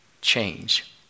Change